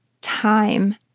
time